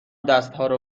دستهارو